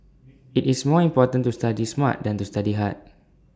IT is more important to study smart than to study hard